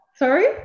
Sorry